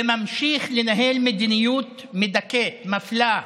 וממשיך לנהל מדיניות מדכאת, מפלה,